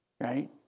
right